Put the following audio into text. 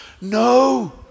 No